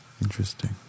Interesting